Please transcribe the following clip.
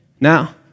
Now